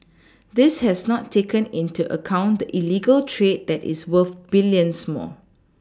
this has not taken into account the illegal trade that is worth BilLions more